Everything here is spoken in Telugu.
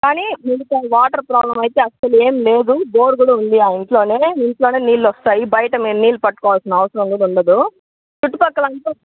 కానీ మిగితా వాటర్ ప్రాబ్లమ్ అయితే అస్సలేం లేదు బోర్ కూడా ఉంది ఆ ఇంట్లోనే ఇంట్లోనే నీళ్లొస్తాయి బయట మీరు నీళ్లు పట్టుకోవాల్సిన అవసరం అనేది ఉండదు చుట్టు పక్కలంతా